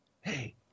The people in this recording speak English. hey